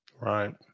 right